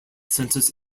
census